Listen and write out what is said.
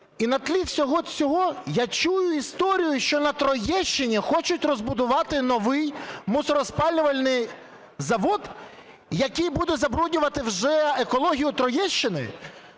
І на тлі всього цього я чую історію, що на Троєщині хочуть розбудувати новий мусороспалювальний завод, який буде забруднювати вже екологію Троєщини.